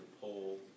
poll